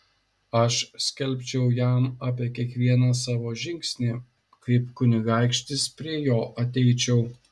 aš skelbčiau jam apie kiekvieną savo žingsnį kaip kunigaikštis prie jo ateičiau